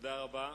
תודה רבה.